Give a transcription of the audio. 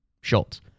Schultz